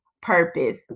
purpose